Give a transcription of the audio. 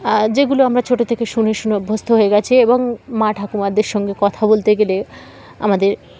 যেগুলো আমরা ছোটো থেকে শুনে শুনে অভ্যস্ত হয়ে গেছি এবং মা ঠাকুমাদের সঙ্গে কথা বলতে গেলে আমাদের